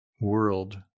world